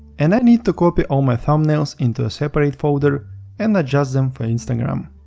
and i need to copy all my thumbnails into a separate folder and adjust them for instagram.